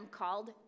called